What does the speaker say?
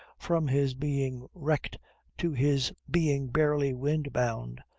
from his being wrecked to his being barely windbound,